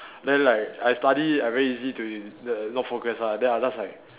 then like I study I very easy to n~ not focus ah then I'm just like